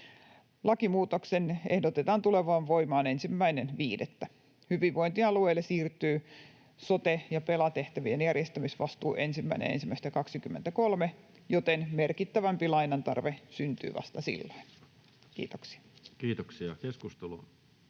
Lakimuutoksen ehdotetaan tulevan voimaan 1.5. Hyvinvointialueille siirtyy sote- ja pela-tehtävien järjestämisvastuu 1.1.23, joten merkittävämpi lainan tarve syntyy vasta silloin. — Kiitoksia. [Speech